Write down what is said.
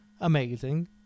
amazing